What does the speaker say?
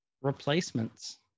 Replacements